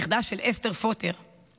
נכדה של אסתר פטר,